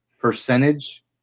percentage